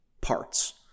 parts